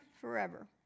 forever